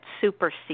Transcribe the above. supersede